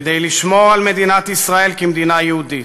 כדי לשמור על מדינת ישראל כמדינה יהודית.